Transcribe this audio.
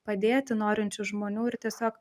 padėti norinčių žmonių ir tiesiog